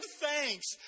thanks